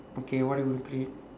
okay [what] I would create